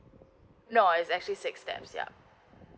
no is actually six steps yup